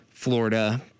Florida